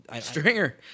Stringer